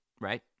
right